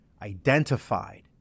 identified